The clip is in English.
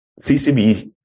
CCB